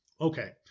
okay